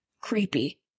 creepy